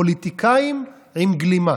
פוליטיקאים עם גלימה"